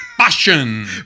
passion